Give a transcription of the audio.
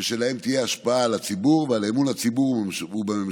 ושתהיה להם השפעה על הציבור ועל אמון הציבור בממשלה.